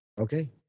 Okay